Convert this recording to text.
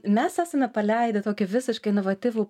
mes esame paleidę tokį visiškai inovatyvų